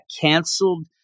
canceled